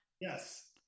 Yes